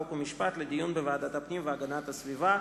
חוק ומשפט לדיון בוועדת הפנים והגנת הסביבה.